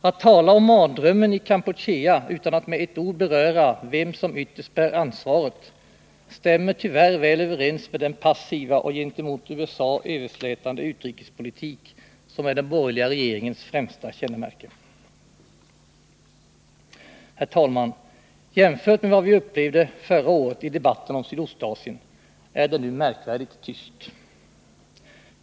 Att tala om mardrömmen i Kampuchea utan att med ett ord beröra vem som ytterst bär ansvaret stämmer tyvärr väl överens med den passiva och gentemot USA överslätande utrikespolitik som är den borgerliga regeringens främsta kännemärke. Herr talman! Jämfört med vad vi upplevde förra året i debatten om Sydostasien är det nu märkvärdigt tyst.